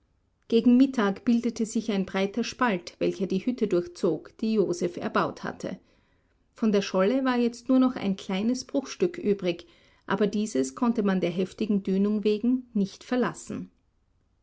gegen mittag bildete sich ein breiter spalt welcher die hütte durchzog die joseph erbaut hatte von der scholle war jetzt nur noch ein kleines bruchstück übrig aber dieses konnte man der heftigen dünung wegen nicht verlassen